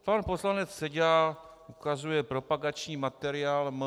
Pan poslanec Seďa ukazuje propagační materiál MPSV.